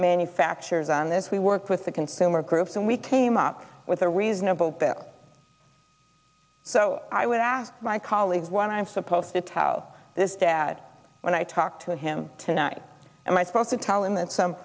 manufacturers on this we work with the consumer groups and we came up with a reasonable bill so i would ask my colleagues what i'm supposed to tell this dad when i talked to him tonight and i spoke to tell him that some